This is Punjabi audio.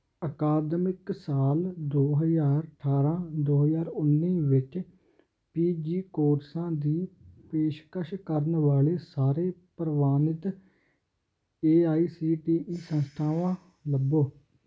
ਅਕਾਦਮਿਕ ਸਾਲ ਦੋ ਹਜ਼ਾਰ ਅਠਾਰਾਂ ਦੋ ਹਜ਼ਾਰ ਉੱਨੀ ਵਿੱਚ ਪੀਜੀ ਕੋਰਸਾਂ ਦੀ ਪੇਸ਼ਕਸ਼ ਕਰਨ ਵਾਲੇ ਸਾਰੇ ਪ੍ਰਵਾਨਿਤ A I C T E ਸੰਸਥਾਵਾਂ ਲੱਭੋ